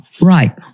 Right